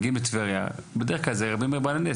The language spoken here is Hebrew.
נכנסים על הדרך לרבי מאיר בעל הנס,